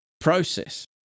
process